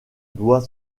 doit